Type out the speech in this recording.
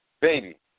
baby